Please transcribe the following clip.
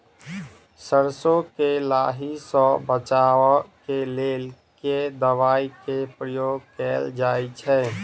सैरसो केँ लाही सऽ बचाब केँ लेल केँ दवाई केँ प्रयोग कैल जाएँ छैय?